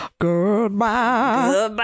Goodbye